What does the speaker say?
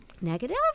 Negative